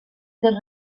del